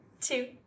two